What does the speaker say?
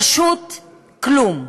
פשוט כלום.